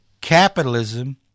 Capitalism